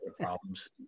problems